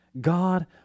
God